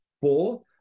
four